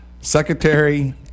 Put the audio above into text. secretary